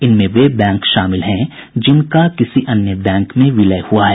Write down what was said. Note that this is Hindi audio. इनमें वे बैंक शामिल हैं जिनका किसी अन्य बैंक में विलय हुआ है